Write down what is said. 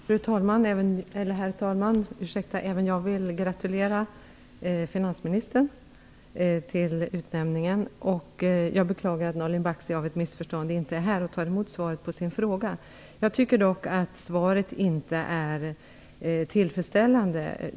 Herr talman! Även jag vill gratulera finansministern till utnämningen. Jag beklagar att Nalin Baksi av ett missförstånd inte är här för att ta emot svaret på sin fråga. Jag tycker dock att svaret inte är tillfredsställande.